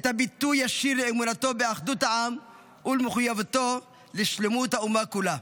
הייתה ביטוי ישיר לאמונתו באחדות העם ולמחויבותו לשלמות האומה כולה.